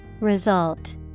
Result